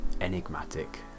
enigmatic